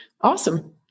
Awesome